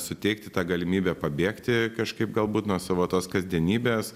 suteikti tą galimybę pabėgti kažkaip galbūt nuo savo tos kasdienybės